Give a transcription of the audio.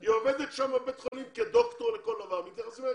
היא עובדת בבית החולים כדוקטור לכל דבר ומתייחסים אליה